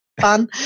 fun